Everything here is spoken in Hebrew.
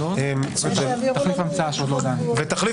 תחליף המצאה בשבוע הבא.